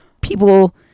people